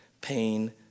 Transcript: pain